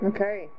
Okay